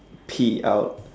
pee out